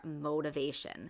motivation